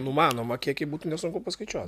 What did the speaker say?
numanomą kiekį būtų nesunku paskaičiuot